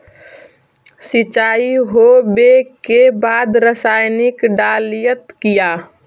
सीचाई हो बे के बाद रसायनिक डालयत किया?